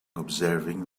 observing